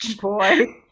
boy